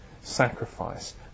sacrifice